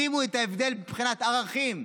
שימו לב להבדל מבחינת ערכים,